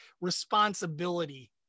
responsibility